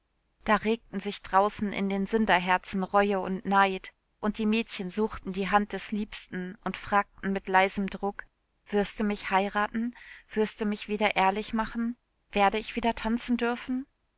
da regten sich draußen in den sünderherzen reue und neid und die mädchen suchten die hand des liebsten und fragten mit leisem druck wirst du mich heiraten wirst du mich wieder ehrlich machen werde ich wieder tanzen dürfen